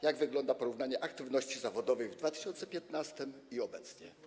Jak wygląda porównanie aktywności zawodowej w 2015 r. i obecnie?